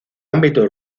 ámbito